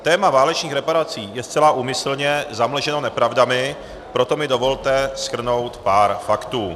Téma válečných reparací je zcela úmyslně zamlženo nepravdami, proto mi dovolte shrnout pár faktů.